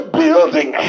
building